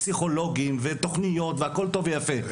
פסיכולוגים ותוכניות והכול טוב ויפה,